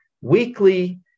weekly